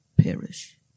perish